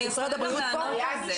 משרד הבריאות פה,